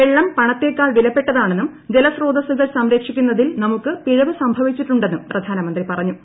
വെളളം പണത്തേക്കാൾ വിലപ്പെട്ടതാണെന്നും ജലസ്രോതസ്സുകൾ സംരക്ഷിക്കുന്നതിൽ നമുക്ക് പിഴവ് സംഭവിച്ചിട്ടുണ്ടെന്നും പ്രധാനമന്ത്രി പറഞ്ഞു